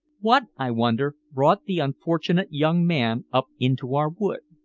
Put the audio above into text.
what, i wonder, brought the unfortunate young man up into our wood?